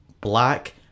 black